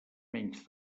menys